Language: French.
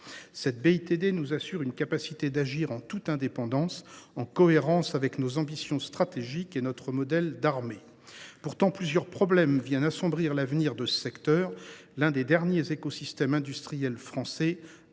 Cette BITD nous assure une capacité d’agir en toute indépendance, en cohérence avec nos ambitions stratégiques et notre modèle d’armée. Pourtant, plusieurs problèmes viennent assombrir l’avenir de ce secteur, l’un des derniers écosystèmes industriels français,